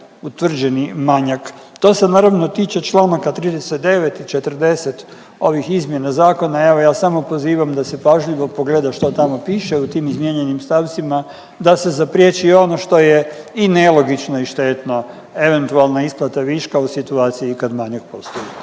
utvrđeni manjak. To se naravno tiče Članaka 39. i 40. ovih izmjena zakona. Evo ja samo pozivam da se pažljivo pogleda što tamo piše u tim izmijenjenim stavcima da se zapriječi i ono što je i nelogično i štetno, eventualna isplata viška u situaciji kad manjak postoji.